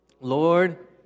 Lord